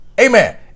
Amen